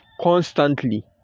constantly